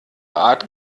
art